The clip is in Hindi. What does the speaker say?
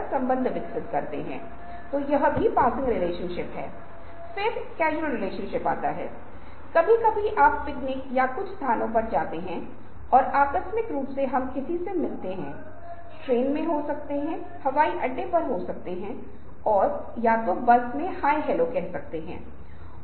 इसके वैध परिणाम हो सकते हैं जैसा कि मैंने अभी आपके साथसाझा किया है कि हमारे कुछ छात्र बहुत कम सौभाग्य से बहु उपयोगकर्ता खेल से लत होते है और उनका यह नशामुक्ति छुड़ाने के लिए उन्हें मनोचिकित्सकों या परामर्शदाताओं से मिलना पड़ता है क्योंकि वे अस्त व्यस्त हैं और वे एक अलग दुनिया में रहते हैं एक ऐसी दुनिया जो अस्तित्व में नहीं है मोबाइल टेलीविजन या कंप्यूटर के दायरे से बाहर जिसमें वे खेल खेल रहे हैं